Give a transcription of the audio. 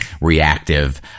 reactive